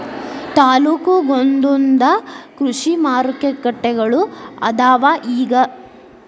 ತಾಲ್ಲೂಕಿಗೊಂದೊಂದ ಕೃಷಿ ಮಾರುಕಟ್ಟೆಗಳು ಅದಾವ ಇಗ